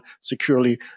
securely